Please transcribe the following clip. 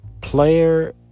player